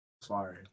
sorry